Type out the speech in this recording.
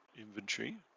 inventory